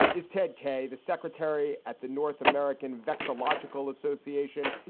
is ted kay, the secretary at the north american voice, a logical association.